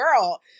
girl